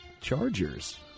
Chargers